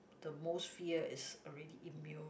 the most fear is already immune